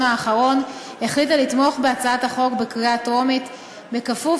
האחרון החליטה לתמוך בהצעת החוק בקריאה הטרומית בכפוף